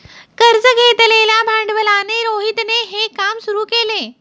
कर्ज घेतलेल्या भांडवलाने रोहितने हे काम सुरू केल